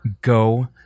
Go